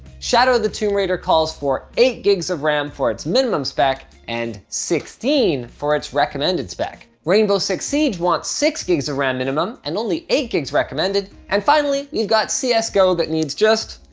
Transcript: shadow of the tomb raider calls for eight gigs of ram for its minimum spec and sixteen for its recommended spec. rainbow six siege wants six gigs of ram minimum and only eight gigs recommended. and finally, we've got cs go that needs just